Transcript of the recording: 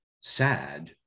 sad